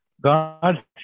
God